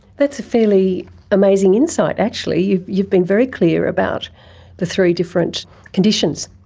that's a fairly amazing insight actually, you've you've been very clear about the three different conditions.